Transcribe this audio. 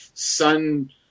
sun